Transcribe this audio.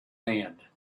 hand